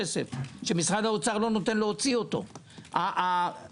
המשרד להגנת הסביבה ביקר להעביר את הכספים